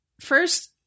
first